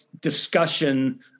discussion